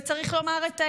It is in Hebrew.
וצריך לומר את האמת,